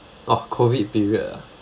oh COVID period ah